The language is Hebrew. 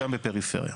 גם בפריפריה?